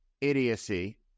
idiocy